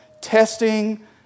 testing